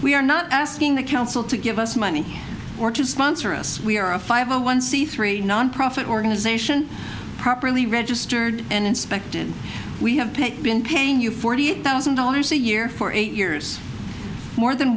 we are not asking the council to give us money or to sponsor us we are a five a one c three nonprofit organization properly registered and inspected we have been paying you forty eight thousand dollars a year for eight years more than